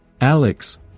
Alex